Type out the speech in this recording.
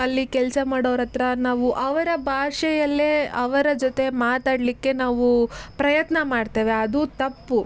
ಅಲ್ಲಿ ಕೆಲಸ ಮಾಡೋರ ಹತ್ರ ನಾವು ಅವರ ಭಾಷೆಯಲ್ಲೇ ಅವರ ಜೊತೆ ಮಾತಾಡಲಿಕ್ಕೆ ನಾವು ಪ್ರಯತ್ನ ಮಾಡ್ತೇವೆ ಅದು ತಪ್ಪು